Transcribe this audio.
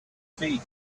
feet